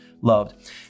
loved